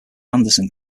anderson